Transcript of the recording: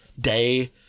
Day